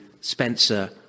Spencer